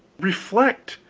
reflect